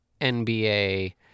NBA